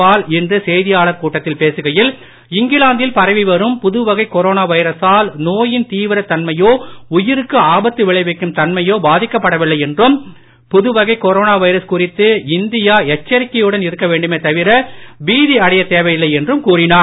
பால் இன்று செய்தியாளர் கூட்டத்தில் பேசுகையில் இங்கிலாந்தில் பரவி வரும் புதுவகை கொரோனா வைரசால் நோயின் தீவரத் தன்மையோ உயிருக்கு ஆபத்து விளைவிக்கும் தன்மையோ பாதிக்கப் படவில்லை என்றும் புதுவகை கொரோனா வைரஸ் குறித்து இந்தியா எச்சரிக்கையுடன் இருக்க வேண்டுமே தவிர பீதிஅடையத் தேவையில்லை என்றும் கூறினார்